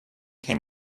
came